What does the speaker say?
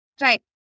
Right